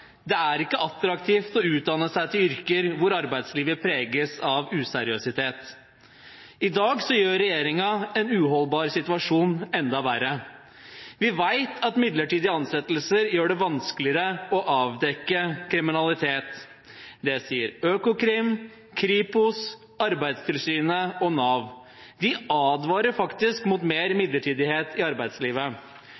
Det er ikke attraktivt å utdanne seg til yrker hvor arbeidslivet preges av useriøsitet. I dag gjør regjeringen en uholdbar situasjon enda verre. Vi vet at midlertidige ansettelser gjør det vanskeligere å avdekke kriminalitet. Det sier Økokrim, Kripos, Arbeidstilsynet og Nav. De advarer faktisk mot mer midlertidighet i arbeidslivet.